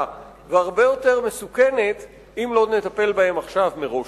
והרבה יותר מסוכנת אם לא נטפל בהן עכשיו מראש.